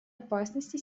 опасности